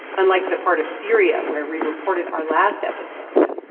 unlike the part of syria where we reported our last episode,